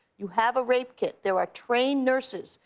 you have a rape kit. there are trained nurses,